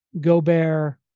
Gobert